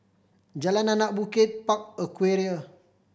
Jalan Anak Bukit Park Aquaria